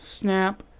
Snap